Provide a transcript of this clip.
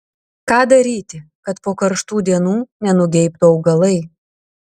ką daryti kad po karštų dienų nenugeibtų augalai